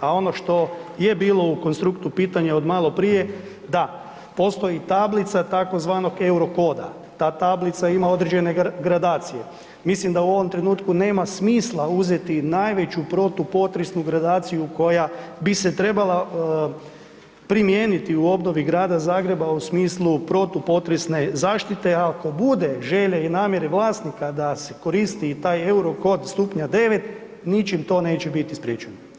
a ono što je bilo u konstruktu pitanje od malo prije, da postoji tablica tzv. euro koda, ta tablica ima određene gradacije, mislim da u ovom trenutku nema smisla uzeti najveću protupotresnu gradaciju koja bi se trebala primijeniti u obnovi Grada Zagreba u smislu protupotresne zaštite, ako bude želje i namjere vlasnika da se koristi i taj euro kod stupnja 9 ničim to neće biti spriječeno.